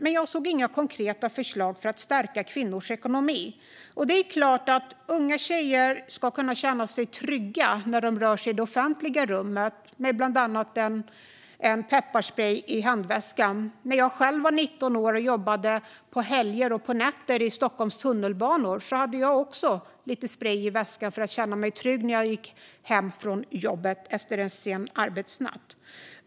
Men jag såg inga konkreta förslag för att stärka kvinnors ekonomi. Det är klart att unga tjejer ska kunna känna sig trygga när de rör sig i det offentliga rummet med bland annat en pepparsprej i handväskan. När jag själv var 19 år och jobbade på helger och på nätter i Stockholms tunnelbanor hade jag också lite sprej i väskan för att känna mig trygg när jag gick hem från jobbet efter en sen arbetsnatt.